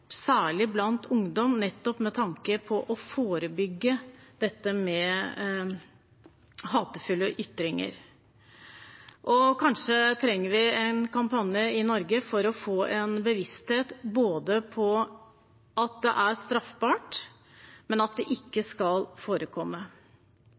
særlig blant ungdom, nettopp med tanke på å forebygge hatefulle ytringer. Kanskje trenger vi en kampanje i Norge for å få en bevissthet om både at det er straffbart, og at det ikke